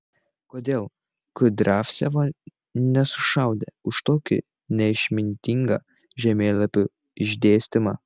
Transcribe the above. kodėl kudriavcevo nesušaudė už tokį neišmintingą žemėlapių išdėstymą